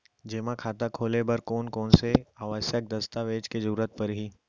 जेमा खाता खोले बर कोन कोन से आवश्यक दस्तावेज के जरूरत परही?